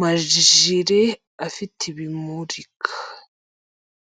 majire afite ibimurika.